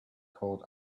called